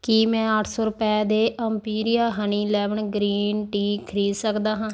ਕੀ ਮੈਂ ਅੱਠ ਸੌ ਰੁਪਏ ਦੇ ਐਮਪੀਰੀਆ ਹਨੀ ਲੈਮਨ ਗ੍ਰੀਨ ਟੀ ਖਰੀਦ ਸਕਦਾ ਹਾਂ